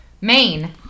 Maine